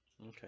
okay